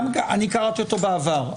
אני קראתי אותו בעבר.